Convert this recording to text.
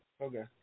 Okay